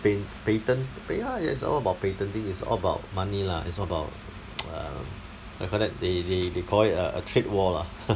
pa~ patent ya it's all about patenting it's all about money lah it's all about um what you call that they they they call it a trade war lah